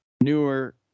newer